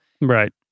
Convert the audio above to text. Right